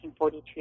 1942